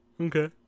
Okay